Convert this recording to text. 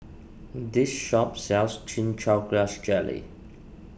this shop sells Chin Chow Grass Jelly